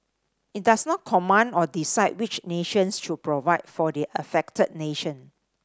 it does not command or decide which nations should provide for the affected nation